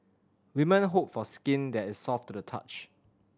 women hope for skin that is soft to the touch